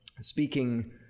speaking